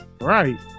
Right